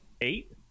Eight